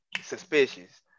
suspicious